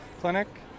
clinic